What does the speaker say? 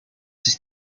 sich